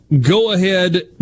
go-ahead